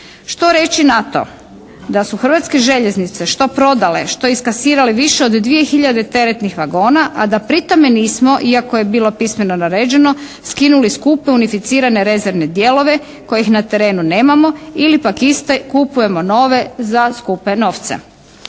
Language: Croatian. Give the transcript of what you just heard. Što reći na to da su Hrvatske željeznice što prodale, što iskasirale više od dvije hiljade teretnih vagona a da pri tome nismo iako je bilo pismeno naređeno skinuli skupe unificirane rezervne dijelove kojih na terenu nemamo ili pak iste kupujemo nove za skupe novce.